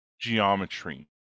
geometry